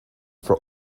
for